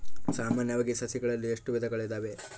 ಸಾಮಾನ್ಯವಾಗಿ ಸಸಿಗಳಲ್ಲಿ ಎಷ್ಟು ವಿಧಗಳು ಇದಾವೆ?